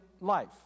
life